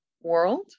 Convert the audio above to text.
world